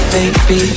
Baby